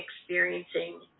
experiencing